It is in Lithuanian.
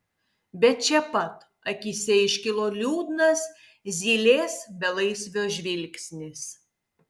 bet čia pat akyse iškilo liūdnas zylės belaisvio žvilgsnis